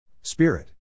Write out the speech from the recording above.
Spirit